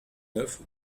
neuf